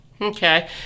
okay